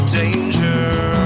danger